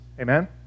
Amen